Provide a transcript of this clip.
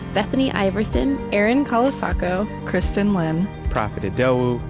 bethany iverson, erin colasacco, kristin lin, profit idowu,